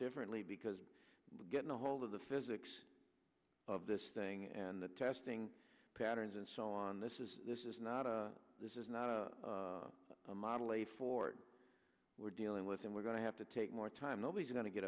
differently because we're getting a hold of the physics of this thing and the testing patterns and so on this is this is not a this is not a model a ford we're dealing with and we're going to have to take more time nobody's going to get